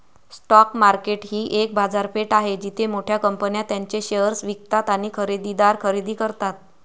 stock market ही एक बाजारपेठ आहे जिथे मोठ्या कंपन्या त्यांचे शेअर्स विकतात आणि खरेदीदार खरेदी करतात